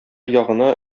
ягына